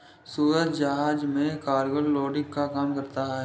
सूरज जहाज में cargo loading का काम करता है